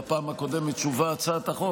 בפעם הקודמת שהובאה הצעת החוק,